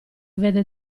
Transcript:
vede